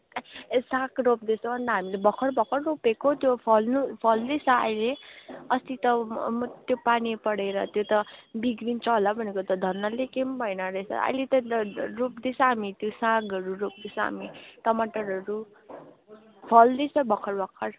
ए साग रोप्दैछ अन्त हामीले भर्खर भर्खर रोपेको त्यो फल्नु फल्दैछ अहिले अस्ति त म त्यो पानी परेर त्यो त बिग्रिन्छ होला भनेको त धन्नले केही पनि भएन रहेछ अहिले त रोप्दैछ हामी त्यो सागहरू रोप्दैछ हामी टमाटरहरू फल्दैछ भर्खर भर्खर